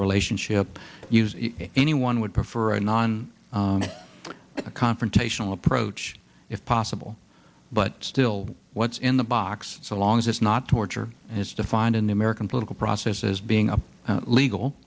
relationship anyone would prefer a non confrontational approach if possible but still what's in the box so long as it's not torture as defined in the american political process as being a legal